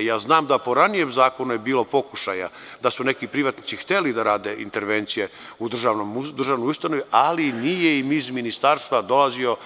Ja znam da je po ranijem zakonu bilo pokušaja da su neki privatnici hteli da rade intervencije u državnoj ustanovi, ali im nije iz ministarstva dolazio